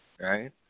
right